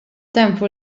tempo